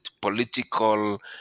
political